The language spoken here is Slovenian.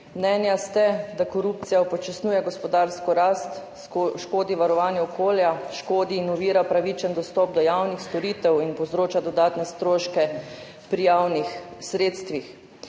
Mnenja ste, da korupcija upočasnjuje gospodarsko rast, škodi varovanju okolja, škodi in ovira pravičen dostop do javnih storitev in povzroča dodatne stroške pri javnih sredstvih.